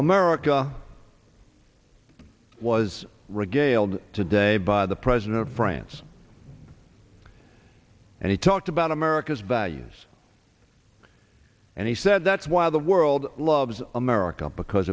america was regaled today by the president of france and he talked about america's values and he said that while the world loves america because